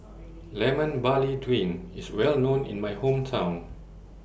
Lemon Barley Drink IS Well known in My Hometown